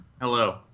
Hello